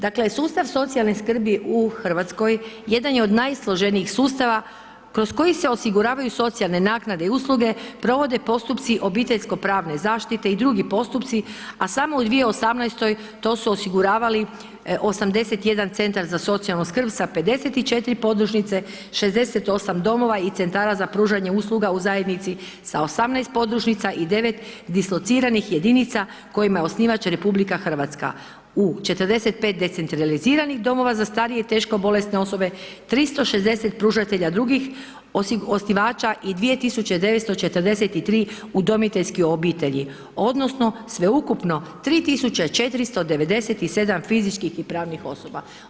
Dakle, sustav socijalne skrbi u RH jedan je od najsloženijih sustava kroz koji se osiguravaju socijalne naknade i usluge, provode postupci obiteljsko pravne zaštite i drugi postupci, a samo u 2018.-oj to su osiguravali 81 Centar za socijalnu skrb sa 54 Podružnice, 68 Domova i Centara za pružanje usluga u zajednici sa 18 Podružnica i 9 dislociranih jedinica kojima je osnivač RH, u 45 decentraliziranih Domova za starije i teško bolesne osobe, 360 pružatelja drugih osnivača i 2943 udomiteljske obitelji odnosno sveukupno 3497 fizičkih i pravnih osoba.